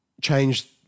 change